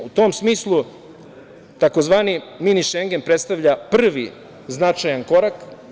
U tom smislu tzv. Mini šengen predstavlja prvi značajan korak.